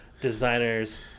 designers